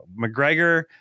McGregor